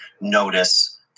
notice